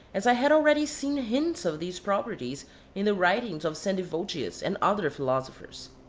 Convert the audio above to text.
as i had already seen hints of these properties in the writings of sandivogius and other philosophers.